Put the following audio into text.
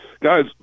Guys